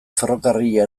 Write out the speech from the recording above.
ferrokarrila